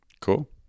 Cool